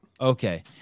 Okay